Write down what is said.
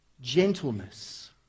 gentleness